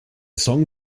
song